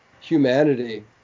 humanity